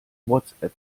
whatsapp